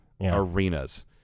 arenas